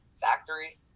factory